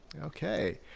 Okay